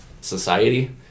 society